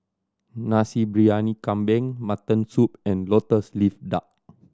Nasi Briyani Kambing mutton soup and Lotus Leaf Duck